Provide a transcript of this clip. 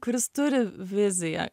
kuris turi viziją